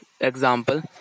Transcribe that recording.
example